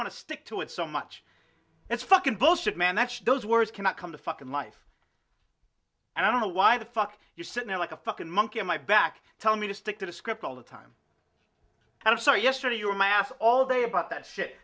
going to stick to it so much it's fucking bullshit man that's those words cannot come to fuckin life and i don't know why the fuck you sit there like a fuckin monkey on my back telling me to stick to the script all the time and so yesterday you were my ass all day about that shit